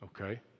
okay